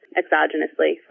exogenously